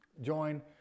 Join